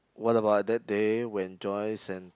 what about that day when Joyce and